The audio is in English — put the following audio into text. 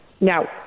Now